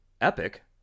Epic